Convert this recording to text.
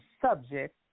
subject